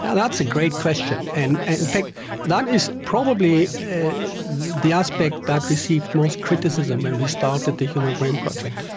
and that's a great question. and and in fact that is probably the aspect that received most criticism when we started the human brain project.